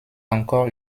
encore